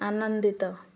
ଆନନ୍ଦିତ